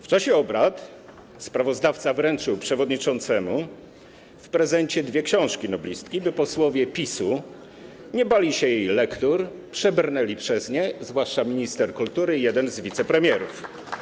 W trakcie obrad sprawozdawca wręczył przewodniczącemu w prezencie dwie książki noblistki, by posłowie PiS nie bali się ich lektur, przebrnęli przez nie, zwłaszcza minister kultury i jeden z wicepremierów.